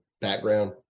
background